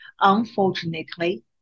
unfortunately